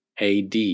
AD